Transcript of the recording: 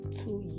two